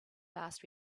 last